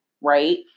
right